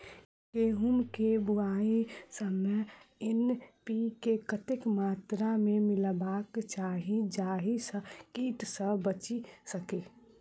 गेंहूँ केँ बुआई समय एन.पी.के कतेक मात्रा मे मिलायबाक चाहि जाहि सँ कीट सँ बचि सकी?